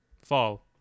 Fall